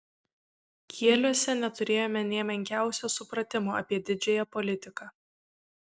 kieliuose neturėjome nė menkiausio supratimo apie didžiąją politiką